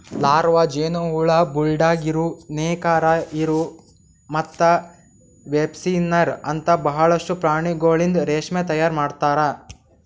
larva, ಜೇನುಹುಳ, bulldog ಇರು, ನೇಕಾರ ಇರು ಮತ್ತ ವೆಬ್ಸ್ಪಿನ್ನರ್ ಅಂತ ಭಾಳಷ್ಟು ಪ್ರಾಣಿಗೊಳಿಂದ್ ರೇಷ್ಮೆ ತೈಯಾರ್ ಮಾಡ್ತಾರ